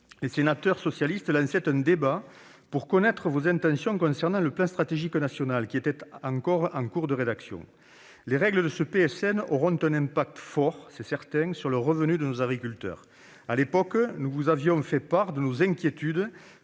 les sénateurs socialistes lançaient un débat pour connaître vos intentions concernant le plan stratégique national, le PSN, qui est encore en cours de rédaction. Les règles de ce PSN auront un impact fort sur le revenu de nos agriculteurs. À l'époque, nous vous avions fait part de nos inquiétudes